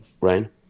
Ryan